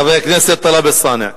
חבר הכנסת טלב אלסאנע.